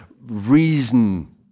reason